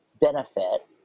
benefit